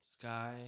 Sky